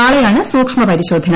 നാളെയാണ് സൂക്ഷ്മപരിശോധന